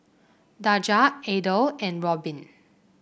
Daja Adel and Robin